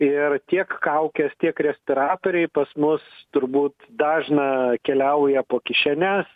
ir tiek kaukės tiek respiratoriai pas mus turbūt dažną keliauja po kišenes